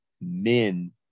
men